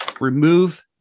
remove